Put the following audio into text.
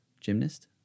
gymnast